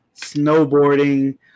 snowboarding